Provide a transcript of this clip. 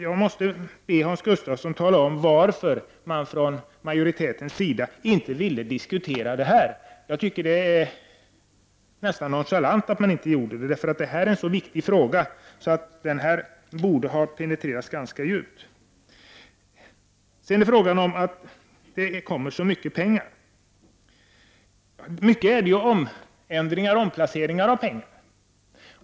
Jag måste be Hans Gustafsson att tala om varför man inte från majoritetens sida ville diskutera detta. Det är nästan på gränsen till nonchalant att inte göra det. Denna fråga är så viktig att den borde ha penetrerats ganska djupt. Det är mycket pengar som anslås, men det är till stor del fråga om omplaceringar av pengar.